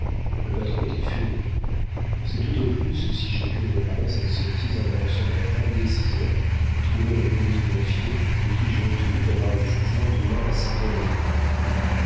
le patron était furieux c'est tout au plus si j'ai pu réparer cette sottise en allant ce matin dès six heures trouver le commis greffier de qui j'ai obtenu d'avoir le jugement demain à sept heures et demie